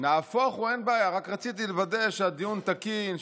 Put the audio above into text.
רק רציתי לוודא שהדיון תקין,